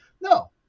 No